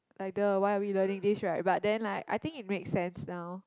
like the why are we learning these right but then like I think it makes sense now